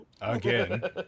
Again